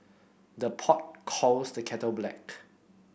the pot calls the kettle black